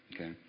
Okay